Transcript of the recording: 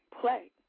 play